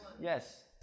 Yes